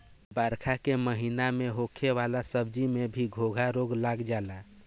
बरखा के महिना में होखे वाला सब्जी में भी घोघा रोग लाग जाला